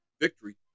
victory